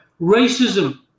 racism